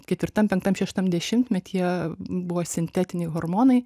ketvirtam penktam šeštam dešimtmetyje buvo sintetiniai hormonai